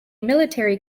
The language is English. military